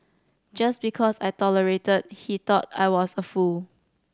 just because I tolerated he thought I was a fool